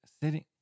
sitting